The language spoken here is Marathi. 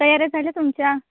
तयाऱ्या झाल्या तुमच्या